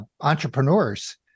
entrepreneurs